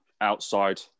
outside